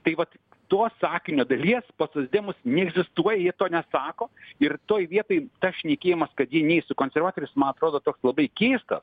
tai vat tos sakinio dalies pas socdemus neegzistuoja jie to nesako ir toj vietoj tas šnekėjimas kad jie nei su konservatoriais man atrodo toks labai keistas